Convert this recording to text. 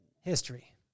History